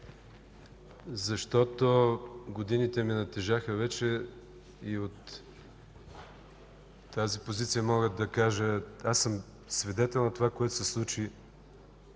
защото годините ми вече натежаха и от тази позиция мога да кажа, че съм свидетел на това, което се случи